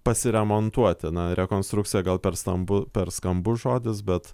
pasiremontuoti na rekonstrukcija gal per stambu per skambus žodis bet